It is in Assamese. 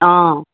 অঁ